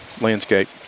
landscape